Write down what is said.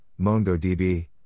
MongoDB